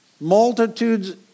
Multitudes